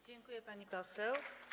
Dziękuję, pani poseł.